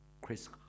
Chris